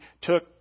took